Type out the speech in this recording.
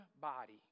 body